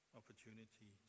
opportunity